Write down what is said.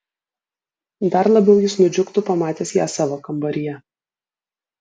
dar labiau jis nudžiugtų pamatęs ją savo kambaryje